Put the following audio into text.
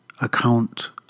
Account